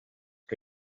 que